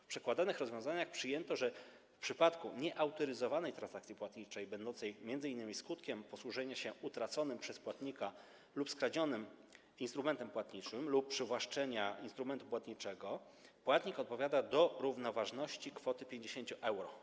W przedkładanych rozwiązaniach przyjęto, że w przypadku nieautoryzowanej transakcji płatniczej, m.in. będącej skutkiem posłużenia się utraconym przez płatnika lub skradzionym instrumentem płatniczym lub przywłaszczenia instrumentu płatniczego, płatnik odpowiada do równowartości kwoty 50 euro.